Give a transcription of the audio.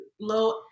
low